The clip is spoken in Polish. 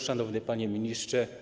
Szanowny Panie Ministrze!